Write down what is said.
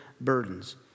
burdens